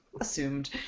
assumed